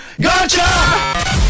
Gotcha